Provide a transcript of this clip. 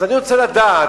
אז אני רוצה לדעת,